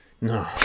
no